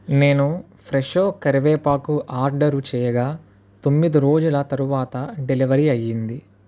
నేను ఫ్రెషో కరివేపాకు ఆర్డరు చేయగా తొమ్మిది రోజుల తరువాత డెలివర్ అయ్యింది